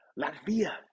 Latvia